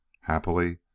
Happily